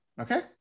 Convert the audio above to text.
Okay